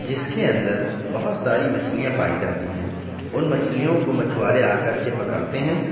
جس کے اندر بہت ساری مچھلیاں پائی جاتی ہیں ان مچھلیوں کو مچھوارے آ کر کے پکڑتے ہیں